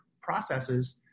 processes